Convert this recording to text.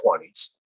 20s